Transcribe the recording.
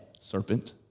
serpent